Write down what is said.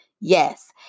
Yes